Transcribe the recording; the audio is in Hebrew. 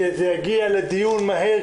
שזה יגיע לדיון מהר,